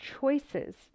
choices